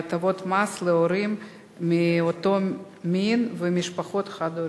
הטבות מס להורים מאותו מין ולמשפחות חד-הוריות.